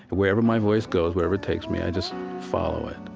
wherever my voice goes, wherever it takes me i just follow it.